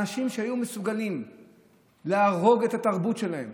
אנשים שהיו מסוגלים להרוג את התרבות שלהם,